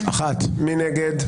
מי נגד?